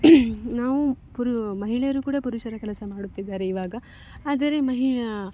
ನಾವು ಪುರು ಮಹಿಳೆಯರು ಕೂಡ ಪುರುಷರ ಕೆಲಸ ಮಾಡುತ್ತಿದ್ದಾರೆ ಇವಾಗ ಆದರೆ ಮಹಿಳ